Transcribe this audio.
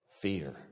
Fear